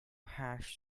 hash